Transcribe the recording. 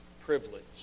privilege